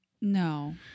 No